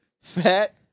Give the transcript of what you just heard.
fat